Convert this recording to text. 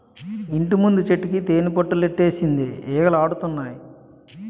ఇంటిముందు చెట్టుకి తేనిపట్టులెట్టేసింది ఈగలాడతన్నాయి